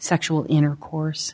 sexual intercourse